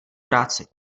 práci